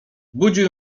budził